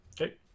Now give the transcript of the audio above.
okay